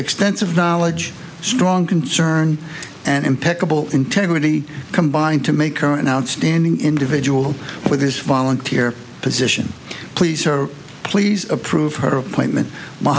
extensive knowledge strong concern and impeccable integrity combined to make her an outstanding individual with this volunteer position please sir please approve her appointment m